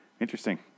Interesting